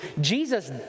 Jesus